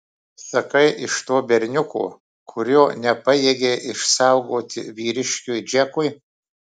sakai iš to berniuko kurio nepajėgei išsaugoti vyriškiui džekui